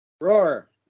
Roar